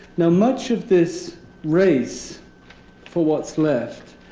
now much of this race for what's left